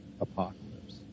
Apocalypse